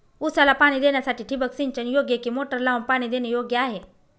ऊसाला पाणी देण्यासाठी ठिबक सिंचन योग्य कि मोटर लावून पाणी देणे योग्य आहे?